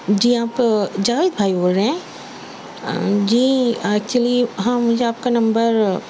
جی آپ جلال بھائی بول رہے ہیں جی ایکچولی ہاں مجھے آپ کا نمبر